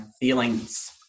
feelings